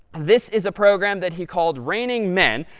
this is a program that he called raining men.